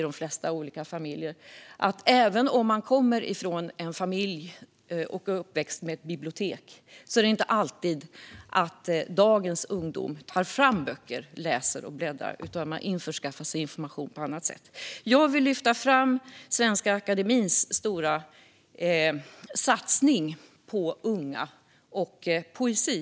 Vi ser i dag att även om barn har vuxit upp med ett bibliotek i familjen är det inte alltid att dagens ungdomar tar fram böcker, läser och bläddrar. De införskaffar information på annat sätt. Jag vill lyfta fram Svenska Akademiens stora satsning på unga, framför allt poesi.